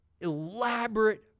elaborate